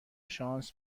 شانس